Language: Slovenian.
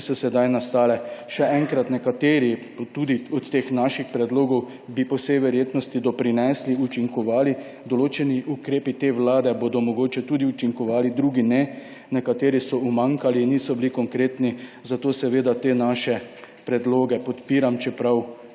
ki so sedaj nastale. Še enkrat, nekateri tudi od teh naših predlogov bi po vsej verjetnosti doprinesli, učinkovali, določeni ukrepi te Vlade bodo mogoče tudi učinkovali, drugi ne, nekateri so umanjkali, niso bili konkretni, zato seveda te naše predloge podpiram, čeprav